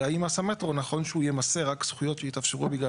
זה האם מס המטרו נכון שהוא ימסה רק זכויות שהתאפשרו בגלל